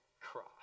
cross